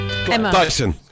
Dyson